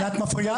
אבל את מפריעה לי.